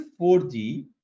4G